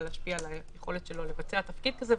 להשפיע על היכולת שלו לבצע תפקיד כזה,